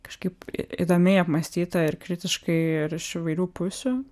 kažkaip įdomiai apmąstyta ir kritiškai ir iš įvairių pusių